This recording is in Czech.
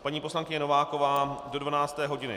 Paní poslankyně Nováková do 12 hod.